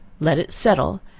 let it settle,